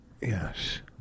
Yes